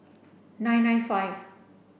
nine nine five